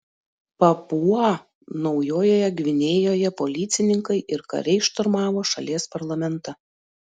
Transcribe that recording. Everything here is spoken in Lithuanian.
papua naujojoje gvinėjoje policininkai ir kariai šturmavo šalies parlamentą